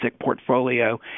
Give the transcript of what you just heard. portfolio